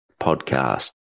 podcast